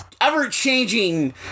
ever-changing